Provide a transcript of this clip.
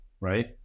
right